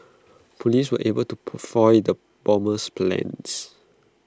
Police were able to foil the bomber's plans